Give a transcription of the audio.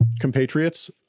compatriots